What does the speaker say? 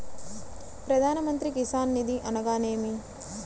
ప్రధాన మంత్రి కిసాన్ నిధి అనగా నేమి?